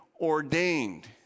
ordained